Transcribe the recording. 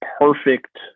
perfect